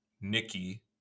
Nikki